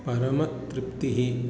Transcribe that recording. परम तृप्तिः